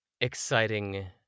exciting